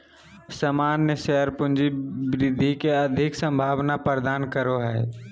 सामान्य शेयर पूँजी वृद्धि के अधिक संभावना प्रदान करो हय